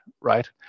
right